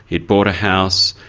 he'd bought a house,